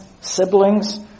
siblings